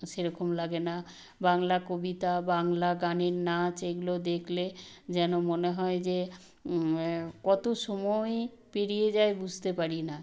সেরকম লাগে না বাংলা কবিতা বাংলা গানের নাচ এগুলো দেখলে যেন মনে হয় যে কত সময় পেরিয়ে যায় বুঝতে পারি না